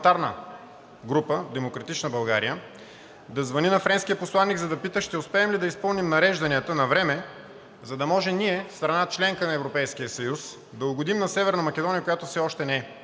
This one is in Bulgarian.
група – „Демократична България“, да звъни на френския посланик, за да пита ще успеем ли да изпълним нарежданията навреме, за да може ние, страна – членка на Европейския съюз, да угодим на Северна Македония, която все още не е.